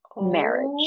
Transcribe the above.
marriage